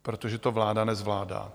Protože to vláda nezvládá.